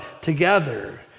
together